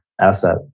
asset